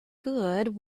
good